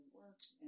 works